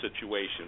situation